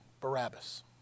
Barabbas